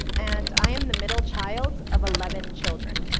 and i am the middle child of eleven children.